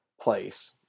place